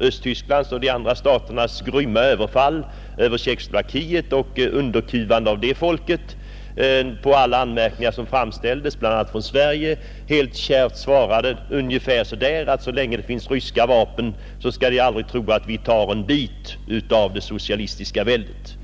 Östtysklands och övriga staters grymma överfall på Tjeckoslovakien och underkuvande av det folket enligt Bresjnevdoktrinen, på alla anmärkningar även från Sverige helt kärvt svarade ungefär: Så länge det finns ryska vapen skall de aldrig tro att de tar en bit av det socialistiska väldet.